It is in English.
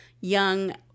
young